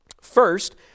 First